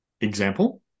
Example